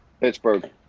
Pittsburgh